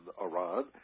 Iran